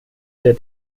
der